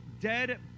dead